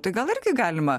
tai gal irgi galima